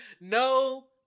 No